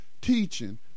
teaching